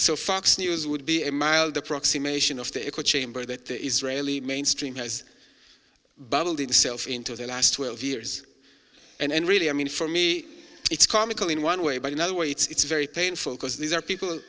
so fox news would be a mild approximation of the echo chamber that the israeli mainstream has bubbled into self into the last twelve years and really i mean for me it's comical in one way but another way it's very painful because these are people